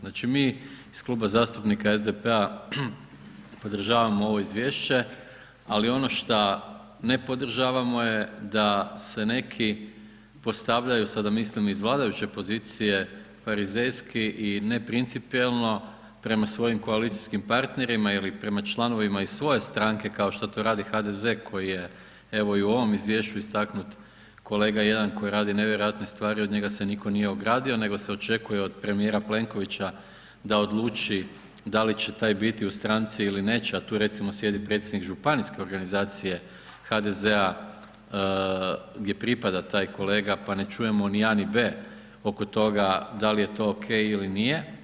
Znači mi iz Kluba zastupnika SDP-a podržavamo ovo izvješće ali ono šta ne podržavamo je da se neki postavljaju, sada mislim iz vladajuće pozicije, farizejski i neprincipijelno prema svojim koalicijskim partnerima ili prema članovima iz svoje stranke kao što to radi HDZ koji je evo i u ovom izvješću istaknut kolega jedan koji radi nevjerojatne stvari, od njega se nitko nije ogradio nego se očekuje od premijera Plenkovića da odluči da li će taj biti u stranci ili neće a tu recimo sjedi predsjednik županijske organizacije HDZ-a gdje pripada taj kolega pa ne čujemo ni a ni b oko toga da li je to ok ili nije.